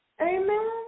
Amen